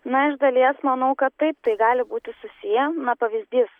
na iš dalies manau kad taip tai gali būti susiję na pavyzdys